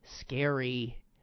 scary